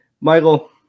Michael